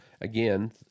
again